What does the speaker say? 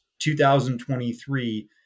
2023